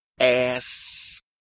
Ass